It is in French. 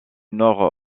nord